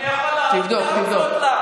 אני יכול להראות, תבדוק, תבדוק.